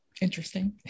interesting